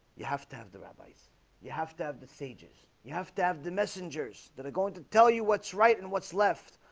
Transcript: you have to have the rabbi's you have to have the sages you have to have the messengers that are going to tell you what's right and what's left